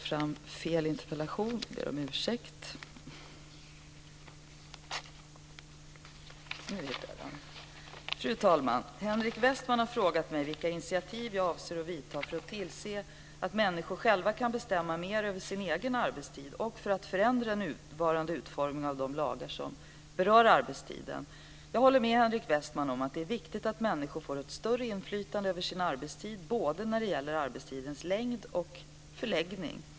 Fru talman! Henrik Westman har frågat mig vilka initiativ jag avser att vidta för att tillse att människor själva kan bestämma mer över sin egen arbetstid och för att förändra nuvarande utformning av de lagar som berör arbetstiden. Jag håller med Henrik Westman om att det är viktigt att människor får ett större inflytande över sin arbetstid, både när det gäller arbetstidens längd och arbetstidens förläggning.